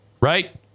right